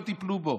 לא טיפלו בו.